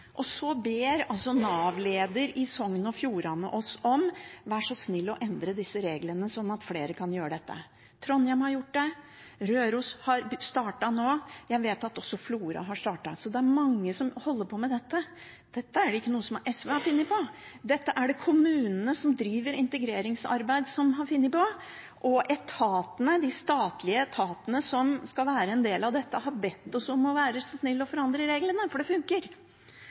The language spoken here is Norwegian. Så ber altså Nav-lederen i Sogn og Fjordane oss om å være så snille å endre disse reglene, sånn at flere kan gjøre dette. Trondheim har gjort det, Røros har startet nå, jeg vet at også Florø har startet, så det er mange som holder på med dette. Dette er ikke noe som SV har funnet på. Dette er det kommunene som driver integreringsarbeid, som har funnet på, og de statlige etatene som skal være en del av dette, har bedt oss om å være så snille å forandre reglene – for det funker.